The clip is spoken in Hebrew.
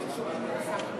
שהכנסת עוברת,